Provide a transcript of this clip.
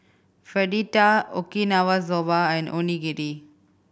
Fritada Okinawa Soba and Onigiri